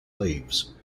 leaves